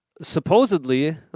supposedly